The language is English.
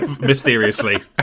mysteriously